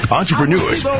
entrepreneurs